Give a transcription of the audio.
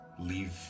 leave